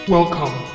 Welcome